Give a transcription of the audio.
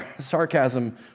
sarcasm